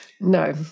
no